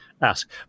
ask